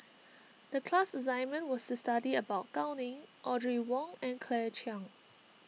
the class assignment was to study about Gao Ning Audrey Wong and Claire Chiang